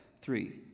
three